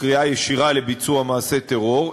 קריאה ישירה לביצוע מעשה טרור,